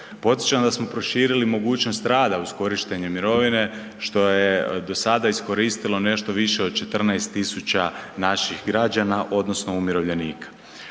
Podsjećam da smo proširili mogućnost rada uz korištenje mirovine što je do sada iskoristilo nešto više od 14.000 naših građana odnosno umirovljenika.